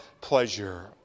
pleasure